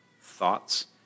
thoughts